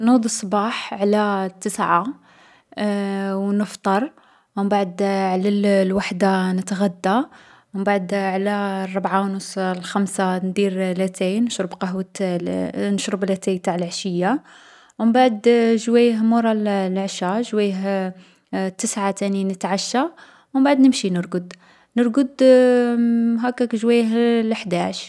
نوض الصباح على التسعة، و نفطر. ومبعد على الـ الوحدة نتغدا، و مبعد على الربعة و نص الخمسة ندير لاتاي، نشرب قهوة الـ نشرب لاتاي تاع لعشية. و مبعد جوايه مورا الـ العشا، جوايه التسعة تاني نتعشا، و مبعد نمشي نرقد. نرقد هاكاك جوايه لحداعش.